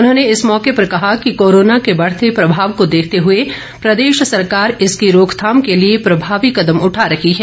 उन्होंने इस मौके पर कहा कि कोरोना के बढ़ते प्रभाव को देखते हुए प्रदेश सरकार इसकी रोकथाम के लिए प्रभावी कदम उठा रही है